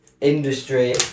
industry